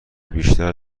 بیشتر